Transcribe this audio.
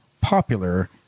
popular